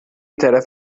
طرف